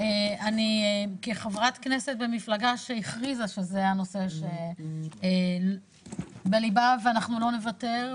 אני חברת כנסת במפלגה שהכריזה שזה הנושא שבליבה ואנחנו לא נוותר,